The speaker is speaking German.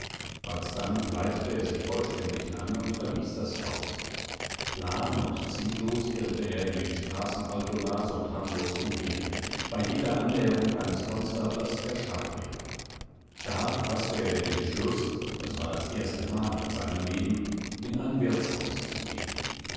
alsdann kleidete er sich vollständig an und verließ das haus plan und ziellos irrte er in den straßen altonas und hamburgs umher bei jeder annäherung eines konstablers erschrak er da faßte er den entschluß es war das erstemal in seinem leben in ein wirtshaus zu gehen